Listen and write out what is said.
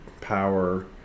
power